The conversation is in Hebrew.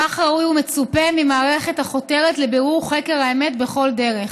כך ראוי ומצופה ממערכת החותרת לבירור האמת בכל דרך.